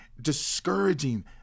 discouraging